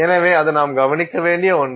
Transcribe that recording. எனவே அது நாம் கவனிக்க வேண்டிய ஒன்று